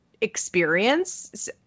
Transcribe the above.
experience